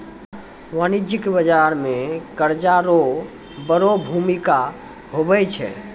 वाणिज्यिक बाजार मे कर्जा रो बड़ो भूमिका हुवै छै